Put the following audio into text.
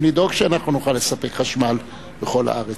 לדאוג שאנחנו נוכל לספק חשמל בכל הארץ.